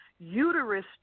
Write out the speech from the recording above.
uterus